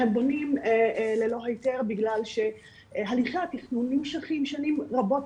הם בונים ללא היתר בגלל שהליכי התכנון נמשכים שנים רבות,